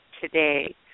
today